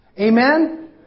Amen